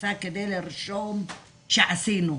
נעשה כדי לרשום שעשינו.